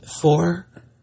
four